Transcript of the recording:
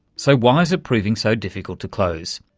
so why is it proving so difficult to close?